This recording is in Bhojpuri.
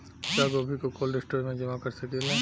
क्या गोभी को कोल्ड स्टोरेज में जमा कर सकिले?